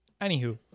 anywho